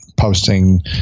Posting